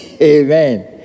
Amen